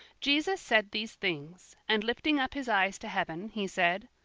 jesus said these things, and lifting up his eyes to heaven, he said,